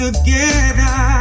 Together